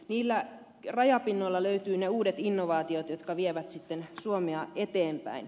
niillä rajapinnoilla löytyvät ne uudet innovaatiot jotka vievät suomea eteenpäin